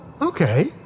okay